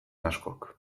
askok